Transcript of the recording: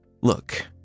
Look